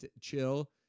chill